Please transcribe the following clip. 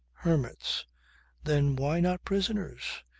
hermits then why not prisoners?